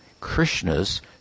Krishna's